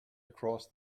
across